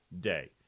day